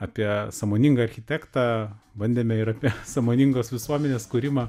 apie sąmoningą architektą bandėme ir apie sąmoningos visuomenės kūrimą